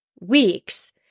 weeks